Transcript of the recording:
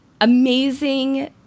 amazing